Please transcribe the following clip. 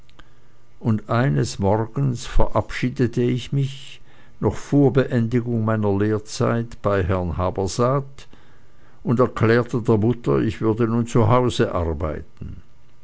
und eines morgens verabschiedete ich mich noch vor beendigung meiner lehrzeit bei herrn habersaat und erklärte der mutter ich würde nun zu hause arbeiten